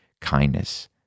kindness